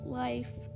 life